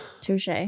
touche